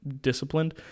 disciplined